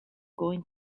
going